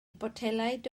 botelaid